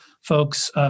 folks